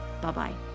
Bye-bye